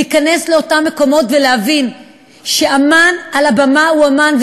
להיכנס לאותם מקומות ולהבין שאמן על הבמה הוא אמן,